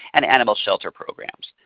and animal shelter programs.